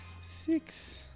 Six